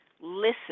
listen